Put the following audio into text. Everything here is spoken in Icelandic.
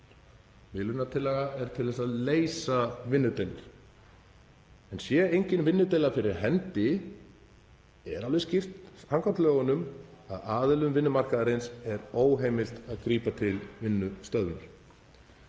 miðlunartillaga er til að leysa vinnudeilur. Sé engin vinnudeila fyrir hendi er alveg skýrt samkvæmt lögunum að aðilum vinnumarkaðarins er óheimilt að grípa til vinnustöðvunar.